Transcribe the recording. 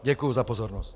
Děkuji za pozornost.